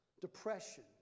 Depression